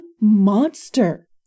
monster